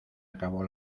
acabó